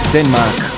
Denmark